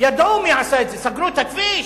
ידעו מי עשה את זה, סגרו את הכביש?